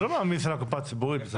זה לא מעמיס על הקופה הציבורית.